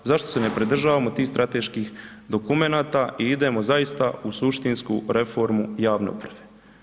Zašto se ne pridržavam tih strateških dokumenata i idemo zaista u suštinsku reforme javne uprave?